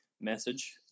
message